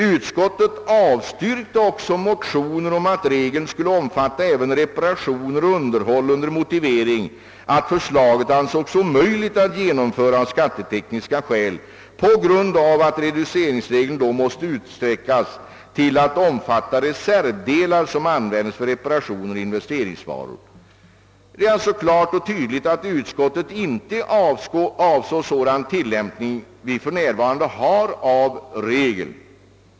Utskottet avstyrkte också bifall till motioner om att regeln skulle omfatta även reparationer och underhåll, under motivering att detta ansågs omöjligt att genomföra av skattetekniska skäl, eftersom reduceringsregeln i så fall måste utsträckas till att omfatta reservdelar som användes för reparationer av investeringsvaror. Det är alltså klart och tydligt att utskottet inte avsåg en sådan tillämpning som vi för närvarande har av regeln.